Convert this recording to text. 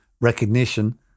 Recognition